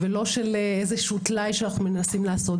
ולא של איזשהו טלאי שאנחנו מנסים לעשות.